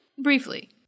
briefly